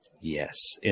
Yes